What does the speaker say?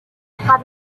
had